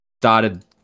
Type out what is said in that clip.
Started